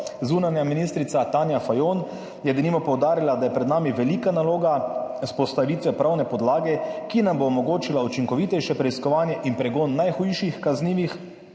Zunanja ministrica Tanja Fajon je denimo poudarila, da je pred nami velika naloga vzpostavitve pravne podlage, ki nam bo omogočila učinkovitejše preiskovanje in pregon najhujših kaznivih